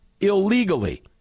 illegally